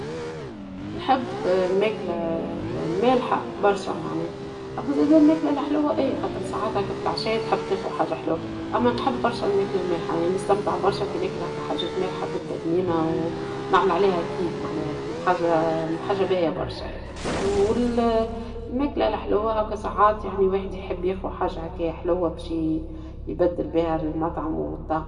نحب الماكلة المالحة برشا معناها ، أما زادة الماكلة الحلوة ايه خاطر ساعات هكا في العشاء تحب تاكل حاجة حلوة ، أما نحب برشا الماكلة المالحة ، يعني نستمتع برشا كي ناكل هكا حاجات مالحة تبدى بنينة ونعمل عليها كيف حاجة باهية برشا ، الماكلة الحلوة هكا ساعات لواحد يحب ياكل حاجة حلوة باش يبدل بيها المطعم